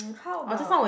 how about